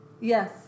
Yes